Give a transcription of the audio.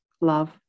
love